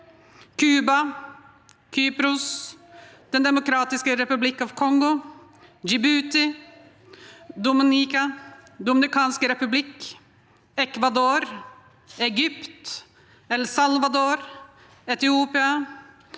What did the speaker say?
Cuba, Kypros, Den demokratiske republikken Kongo, Djibouti, Dominica, Den dominikanske republikk, Equador, Egypt, El Salvador, Etiopia,